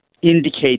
Indicate